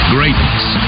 Greatness